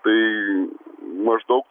tai maždaug